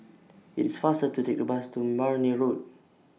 IT IS faster to Take The Bus to Marne Road